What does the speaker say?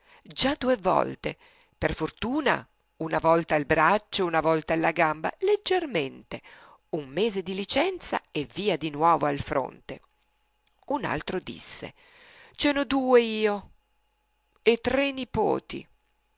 già due volte per fortuna una volta al braccio una volta alla gamba leggermente un mese di licenza e via di nuovo al fronte un altro disse ce n'ho due io e tre nipoti